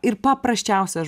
ir paprasčiausias